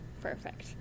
Perfect